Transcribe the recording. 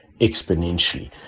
exponentially